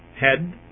head